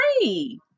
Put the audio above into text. three